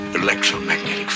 electromagnetic